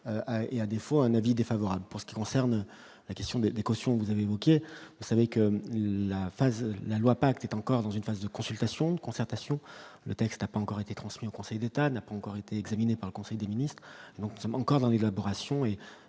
et à défaut, un avis défavorable, pour ce qui concerne la question des des cautions, vous avez évoqué, vous savez que la phase la loi pacte est encore dans une phase de consultation de concertation, le texte n'a pas encore été transmis au Conseil d'État n'a pas encore été examiné par le Conseil des ministres, donc il encore dans l'élaboration et